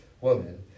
woman